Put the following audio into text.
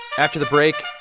after the break,